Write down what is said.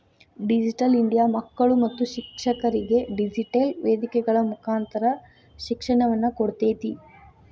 digital India ಮಕ್ಕಳು ಮತ್ತು ಶಿಕ್ಷಕರಿಗೆ ಡಿಜಿಟೆಲ್ ವೇದಿಕೆಗಳ ಮುಕಾಂತರ ಶಿಕ್ಷಣವನ್ನ ಕೊಡ್ತೇತಿ